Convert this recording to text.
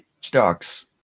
Stocks